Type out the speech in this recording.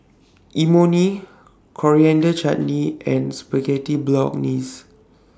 Imoni Coriander Chutney and Spaghetti Bolognese